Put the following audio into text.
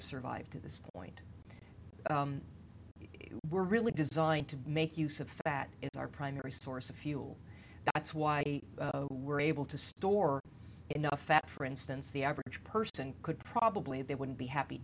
have survived to this point if we're really designed to make use of fat it's our primary source of fuel that's why we're able to store enough fat for instance the average person could probably they wouldn't be happy